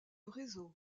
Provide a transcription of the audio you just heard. réseau